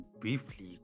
briefly